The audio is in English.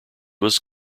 was